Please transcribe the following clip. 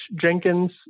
Jenkins